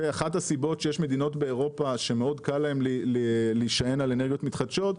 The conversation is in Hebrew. אחת הסיבות שיש מדינות באירופה שמאוד קל להן להישען על אנרגיות מתחדשות,